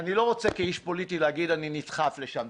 אני לא רוצה כאיש פוליטי להגיד שאני נדחף לשם,